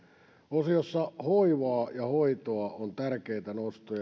osiossa hoivaa ja hoitoa on tärkeitä nostoja ja